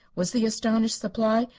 was the astonished reply.